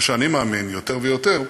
מה שאני מאמין, יותר ויותר,